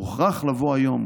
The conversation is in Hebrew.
מוכרח לבוא היום,